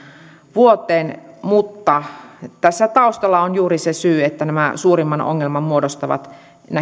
vuoteen mutta tässä taustalla on juuri se syy että suurimman ongelman muodostavat